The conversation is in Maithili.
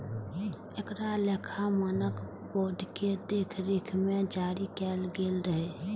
एकरा लेखा मानक बोर्ड के देखरेख मे जारी कैल गेल रहै